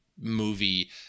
movie